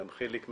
גם חיליק מכיר,